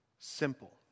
simple